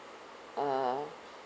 err